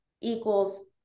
equals